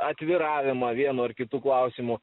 atviravimą vienu ar kitu klausimu